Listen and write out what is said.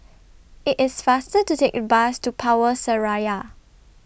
IT IS faster to Take The Bus to Power Seraya